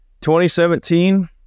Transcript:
2017